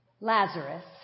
Lazarus